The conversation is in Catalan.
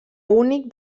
únic